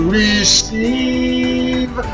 receive